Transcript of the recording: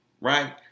Right